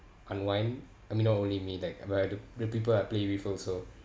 unwind I mean not only me like where the the people I play with also